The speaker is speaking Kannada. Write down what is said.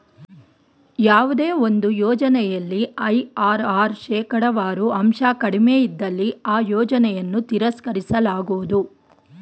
ಯಾವುದೇ ಒಂದು ಯೋಜನೆಯಲ್ಲಿ ಐ.ಆರ್.ಆರ್ ಶೇಕಡವಾರು ಅಂಶ ಕಡಿಮೆ ಇದ್ದಲ್ಲಿ ಆ ಯೋಜನೆಯನ್ನು ತಿರಸ್ಕರಿಸಲಾಗುವುದು